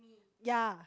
ya